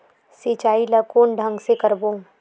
सिंचाई ल कोन ढंग से करबो?